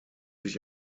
sich